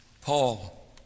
Paul